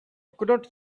couldn’t